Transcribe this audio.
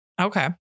Okay